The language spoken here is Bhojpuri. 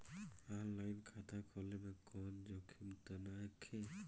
आन लाइन खाता खोले में कौनो जोखिम त नइखे?